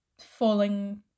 falling